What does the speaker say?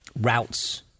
routes